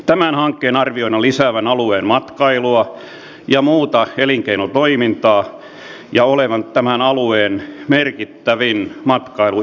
tämän hankkeen arvioidaan lisäävän alueen matkailua ja muuta elinkeinotoimintaa ja olevan tämän alueen merkittävin matkailuinvestointi vuosikymmeniin